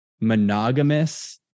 monogamous